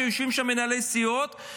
שיושבים שם מנהלי סיעות,